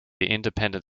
independent